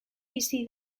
bizi